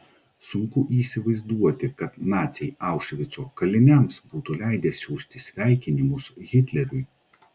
sunku įsivaizduoti kad naciai aušvico kaliniams būtų leidę siųsti sveikinimus hitleriui